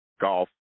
golf